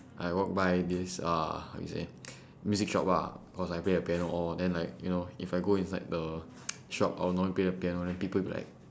I walk by this uh how you say music shop ah cause I play the piano all then like you know if I go inside the shop I will normally play the piano and then people be like